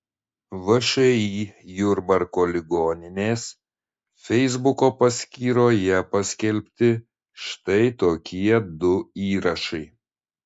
všį jurbarko ligoninės feisbuko paskyroje paskelbti štai tokie du įrašai